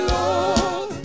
Lord